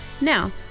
Now